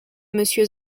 monsieur